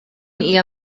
hija